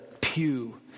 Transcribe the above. pew